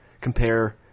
compare